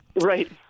Right